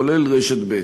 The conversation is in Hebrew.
כולל רשת ב'.